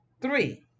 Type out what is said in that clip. three